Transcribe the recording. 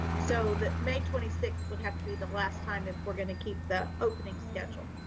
so the may twenty six would have to be the last time. if we're gonna keep the opening schedule,